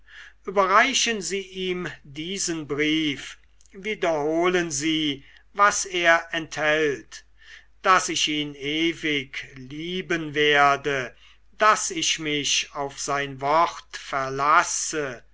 überreichen sie ihm diesen brief wiederholen sie was er enthält daß ich ihn ewig lieben werde daß ich mich auf sein wort verlasse